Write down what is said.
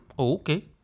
okay